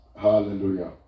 Hallelujah